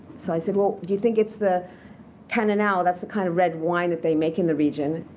so i said, well, do you think it's the cannonau? that's the kind of red wine that they make in the region,